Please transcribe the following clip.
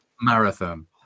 Marathon